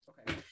Okay